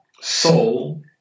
Soul